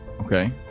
Okay